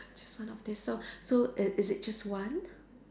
just one of these so so i~ is it just one